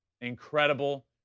incredible